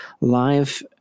live